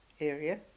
area